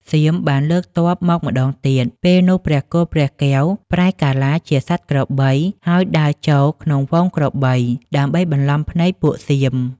សៀមបានលើកទ័ពមកម្ដងទៀត ពេលនោះព្រះគោព្រះកែវប្រែកាឡាជាសត្វក្របី ហើយដើរចូលក្នុងហ្វូងក្របីដើម្បីបន្លំភ្នែកពួកសៀម។